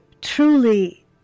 truly